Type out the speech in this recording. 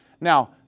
Now